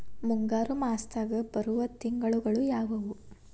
ಮುಂಗಾರು ಮಾಸದಾಗ ಬರುವ ತಿಂಗಳುಗಳ ಯಾವವು?